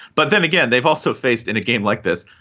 but then again, they've also faced in a game like this.